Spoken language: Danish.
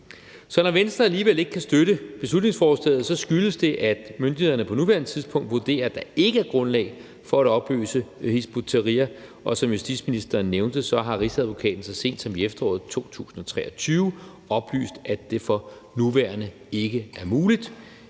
Så når Venstre alligevel ikke kan støtte beslutningsforslaget, skyldes det, at myndighederne på nuværende tidspunkt vurderer, at der ikke er grundlag for at opløse Hizb ut-Tahrir, og som justitsministeren nævnte, har Rigsadvokaten så sent som i efteråret 2023 oplyst, at det for nuværende ikke er muligt.